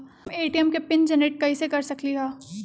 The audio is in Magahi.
हम ए.टी.एम के पिन जेनेरेट कईसे कर सकली ह?